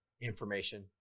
information